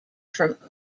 from